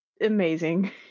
amazing